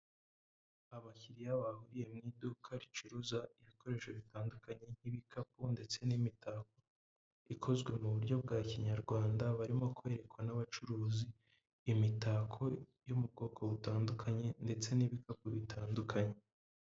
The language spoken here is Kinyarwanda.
Abakiriya bahuriye mu iduka ricuruza ibikoresho bitandukanye nk'ibikapu ndetse n'imitako ikozwe mu buryo bwa kinyarwanda barimo kwerekwa n'abacuruzi imitako yo mu bwoko butandukanye ndetse n'ibikapu bitandukanye.